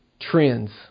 trends